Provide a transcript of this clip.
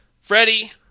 Freddie